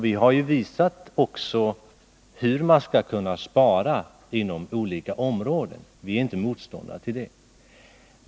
Vi har också visat hur man skall kunna spara på olika områden — vi är inte motståndare till det.